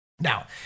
Now